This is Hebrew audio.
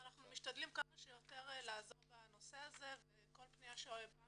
אנחנו משתדלים כמה שיותר לעזור בנושא הזה וכל פניה שבאה